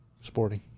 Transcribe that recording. Sporting